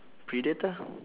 predator